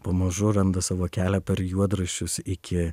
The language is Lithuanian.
pamažu randa savo kelią per juodraščius iki